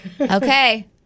Okay